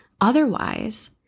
Otherwise